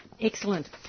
Excellent